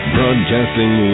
Broadcasting